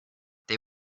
they